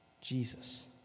Jesus